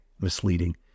Misleading